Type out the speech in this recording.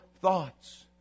thoughts